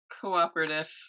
cooperative